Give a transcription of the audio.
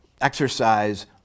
exercise